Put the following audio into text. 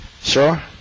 Sure